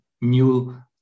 new